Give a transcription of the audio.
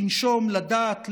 לנשום / לדעת,